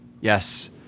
Yes